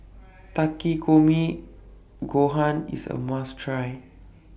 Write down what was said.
Takikomi Gohan IS A must Try